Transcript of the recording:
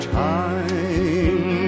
time